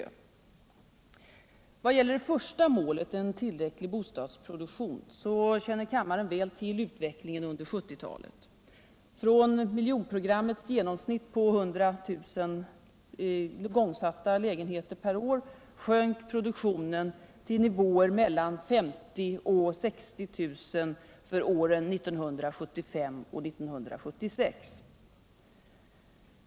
Vad gäller det första målet — en tillräcklig bostadsproduktion — så känner kammaren väl till utvecklingen under 1970-talet. Från miljonprogrammets genomsnitt på 100 000 igångsatta lägenheter per år sjönk produktionen till nivåer mellan 50 000 och 60 000 för åren 1975 och 1976.